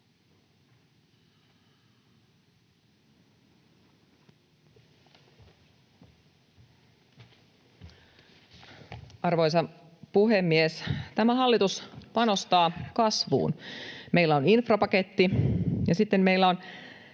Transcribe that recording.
Arvoisa puhemies! Tämä hallitus panostaa kasvuun. Meillä on infrapaketti, ja sitten meillä on